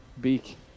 beak